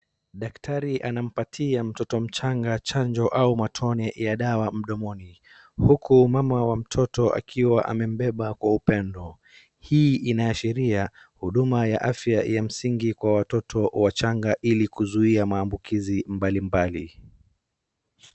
Daktari anampatia mtoto chanjo au matone ya dawa mdomoni huku mama wa mtoto akiwa amembeba kwa upendo. Hii inaashiria huduma ya afya ya msingi kwa watoto wachanga ili kuzuia maambukizi mbalimbali.